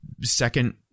second